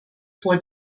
vor